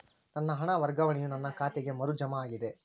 ನನ್ನ ಹಣ ವರ್ಗಾವಣೆಯು ನನ್ನ ಖಾತೆಗೆ ಮರು ಜಮಾ ಆಗಿದೆ